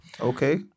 okay